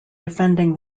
defending